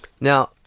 Now